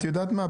את יודעת מה,